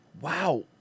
Wow